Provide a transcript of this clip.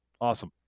Awesome